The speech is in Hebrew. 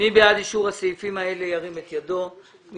מי בעד אישור סעיפים 14, 15, 16?